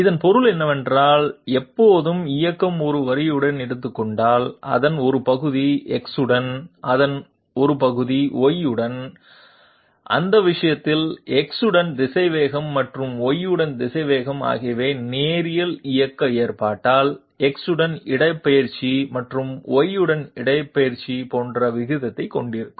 இதன் பொருள் என்னவென்றால் எப்போதுஇயக்கம் ஒரு வரியுடன் எடுத்துக்கொண்டால் அதன் ஒரு பகுதி X உடன் அதன் ஒரு பகுதி Y உடன் அந்த விஷயத்தில் X உடன் திசைவேகம் மற்றும் y உடன் திசைவேகம் ஆகியவை நேரியல் இயக்கம் ஏற்பட்டால் x உடன் இடப்பெயர்ச்சி மற்றும் y உடன் இடப்பெயர்ச்சி போன்ற விகிதத்தைக் கொண்டிருக்கும்